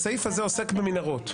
הסעיף הזה עוסק במנהרות.